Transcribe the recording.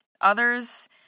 Others